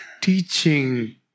teaching